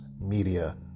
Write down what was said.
Media